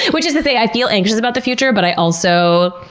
which is to say i feel anxious about the future, but i also.